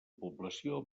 població